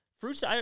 Fruits